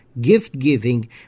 gift-giving